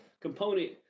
component